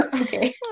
okay